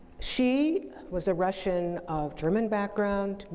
she was a russian of german background,